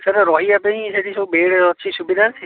sir ରହିବା ପାଇଁ ସେଠି ସବୁ ବେଡ଼୍ ଅଛି ସୁବିଧା ଅଛି